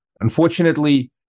Unfortunately